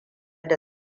da